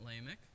Lamech